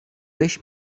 beş